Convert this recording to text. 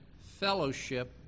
fellowship